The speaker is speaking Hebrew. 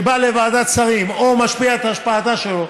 שבא לוועדת השרים או משפיע את ההשפעה שלו,